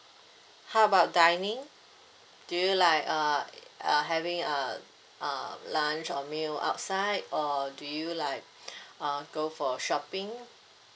how about dining do you like uh uh having uh uh lunch or meal outside or do you like uh go for shopping